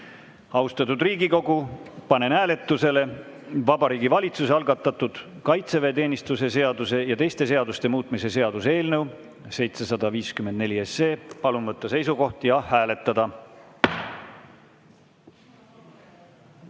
minna. Austatud Riigikogu, panen hääletusele Vabariigi Valitsuse algatatud kaitseväeteenistuse seaduse ja teiste seaduste muutmise seaduse eelnõu 754. Palun võtta seisukoht ja hääletada!